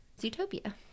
Zootopia